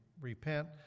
repent